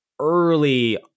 early